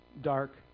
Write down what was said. dark